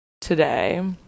today